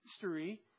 history